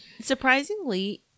surprisingly